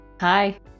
Hi